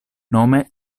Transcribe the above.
nome